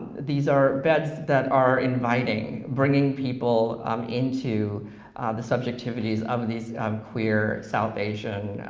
these are beds that are inviting, bringing people um into the subjectivities of these queer south asian,